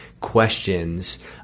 questions